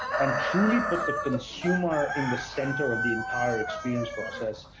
and truly put the consumer in the center of the entire experience process,